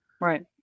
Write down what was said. Right